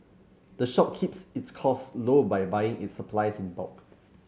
the shop keeps its costs low by buying its supplies in bulk